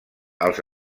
als